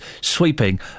sweeping